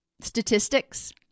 statistics